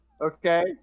okay